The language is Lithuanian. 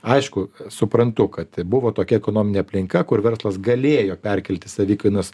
aišku suprantu kad buvo tokia ekonominė aplinka kur verslas galėjo perkelti savikainos